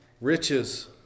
riches